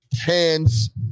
Hands